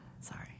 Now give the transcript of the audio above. Sorry